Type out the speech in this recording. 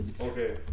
okay